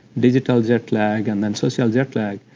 digital jet lag and then social jet lag,